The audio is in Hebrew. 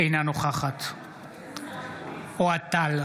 אינה נוכחת אוהד טל,